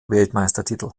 weltmeistertitel